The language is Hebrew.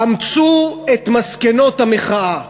אמצו את מסקנות המחאה,